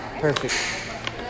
perfect